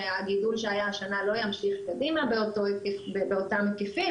הגידול שהיה השנה לא ימשיך קדימה באותם היקפים,